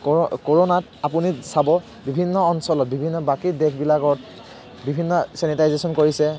কৰো কৰোণাত আপুনি চাব বিভিন্ন অঞ্চলত বিভিন্ন বাকী দেশবিলাকত বিভিন্ন চেনিটাইজেছন কৰিছে